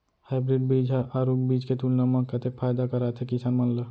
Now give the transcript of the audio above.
Hybrid बीज हा आरूग बीज के तुलना मा कतेक फायदा कराथे किसान मन ला?